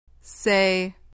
Say